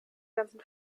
ganzen